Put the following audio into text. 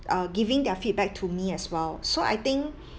uh giving their feedback to me as well so I think